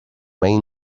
may